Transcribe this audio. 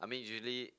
I mean usually